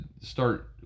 start